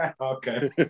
Okay